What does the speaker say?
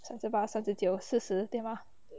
三十八三十九四十对吗